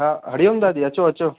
हा हरिओम दादी अचो अचो